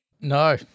No